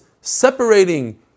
separating